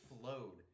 flowed